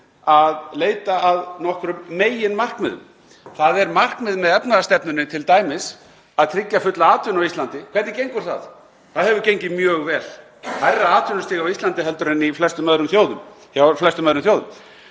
að leita að nokkrum meginmarkmiðum. Það er markmið með efnahagsstefnunni t.d. að tryggja fulla atvinnu á Íslandi. Hvernig gengur það? Það hefur gengið mjög vel, hærra atvinnustig á Íslandi en hjá flestum öðrum þjóðum.